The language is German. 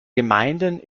gemeinden